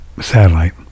Satellite